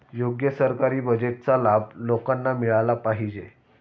योग्य सरकारी बजेटचा लाभ लोकांना मिळाला पाहिजे